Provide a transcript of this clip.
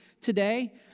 today